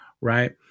right